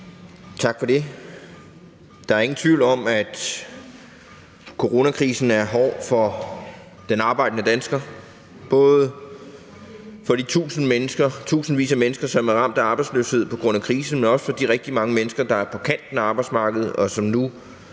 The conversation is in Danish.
Tak for det. Der er ingen tvivl om, at coronakrisen er hård for den arbejdende dansker, både for de tusindvis af mennesker, som er ramt af arbejdsløshed på grund af krisen, men også for de rigtig mange mennesker, der er på kanten af arbejdsmarkedet, og som nu har endnu